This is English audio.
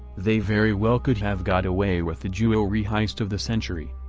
they very well could have got away with the jewelry heist of the century.